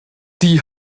die